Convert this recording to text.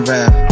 rap